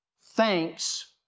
thanks